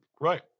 Right